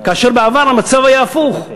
כאשר בעבר המצב היה הפוך,